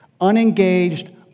unengaged